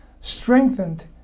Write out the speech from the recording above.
strengthened